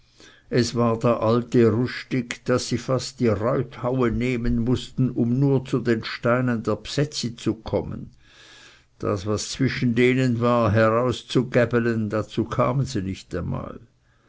es war da alte rustig daß sie fast die reuthaue nehmen mußten um nur zu den steinen der bsetzi zu kommen das was zwischen denen war herauszugäbelen dazu kamen sie nicht einmal